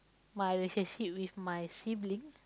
my relationship with my sibling